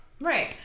Right